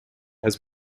has